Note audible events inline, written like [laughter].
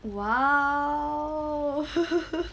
!wow! !huh! [laughs]